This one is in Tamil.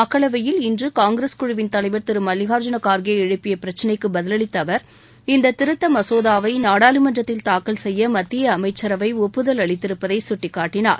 மக்களவையில் இன்று காங்கிரஸ் குழுவின் தலைவர் திரு மல்லிகார்ஜுன கார்கே எழுப்பிய பிரச்சினைக்கு பதிலளித்த அவர் இந்த திருத்த மனோதாவை நாடாளுமன்றத்தில் தாக்கல் செய்ய மத்திய அம்சசரவை ஒப்புதல் அளித்திருப்பதை கட்டிக்காட்டினார்